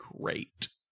great